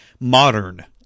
modern